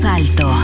alto